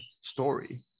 story